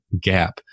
gap